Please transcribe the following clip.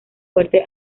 fuerte